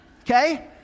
Okay